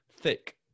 Thick